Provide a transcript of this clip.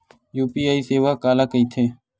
UPI सेवा काला कइथे?